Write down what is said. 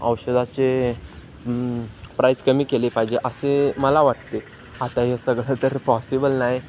औषधाचे प्राईज कमी केले पाहिजे असे मला वाटते आता हे सगळं तर पॉसिबल नाही